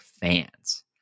fans